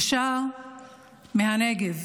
אישה מהנגב.